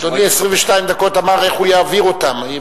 אדוני, 22 דקות, אמר: איך הוא יעביר אותן?